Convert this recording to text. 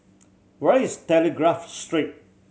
where is Telegraph Street